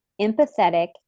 empathetic